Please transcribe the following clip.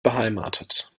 beheimatet